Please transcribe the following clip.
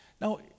Now